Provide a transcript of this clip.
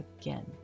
again